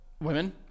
Women